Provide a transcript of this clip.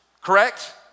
Correct